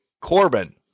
Corbin